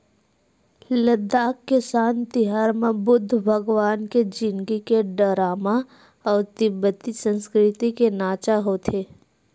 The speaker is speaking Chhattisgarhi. लद्दाख किसान तिहार म बुद्ध भगवान के जिनगी के डरामा अउ तिब्बती संस्कृति के नाचा होथे